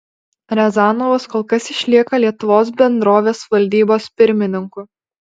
riazanovas kol kas išlieka lietuvos bendrovės valdybos pirmininku